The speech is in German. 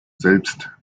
selbst